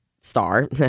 star